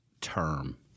term